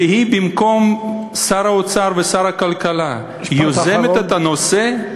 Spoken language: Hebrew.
שהיא, במקום שר האוצר ושר הכלכלה, יוזמת את הנושא?